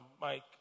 Mike